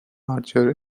archer